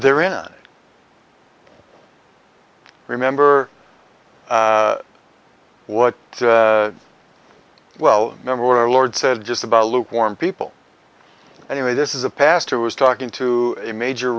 they're in remember what well number one our lord said just about lukewarm people anyway this is a pastor was talking to a major